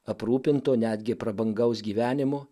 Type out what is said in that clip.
aprūpinto netgi prabangaus gyvenimo